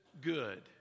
good